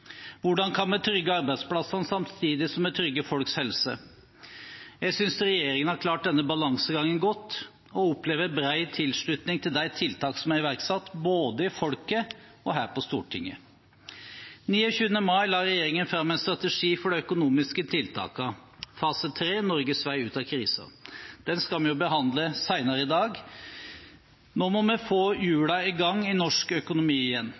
Hvordan kan vi trygge arbeidsplassene samtidig som vi trygger folks helse? Jeg synes regjeringen har klart denne balansegangen godt og opplever bred tilslutning til de tiltak som er iverksatt, både i folket og her på Stortinget. Den 29. mai la regjeringen fram en strategi for de økonomiske tiltakene for fase 3 – Norges vei ut av krisen. Den skal vi behandle senere i dag. Nå må vi få hjulene i gang igjen i norsk økonomi,